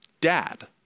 dad